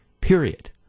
Period